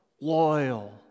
loyal